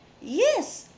yes